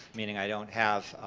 meaning i don't have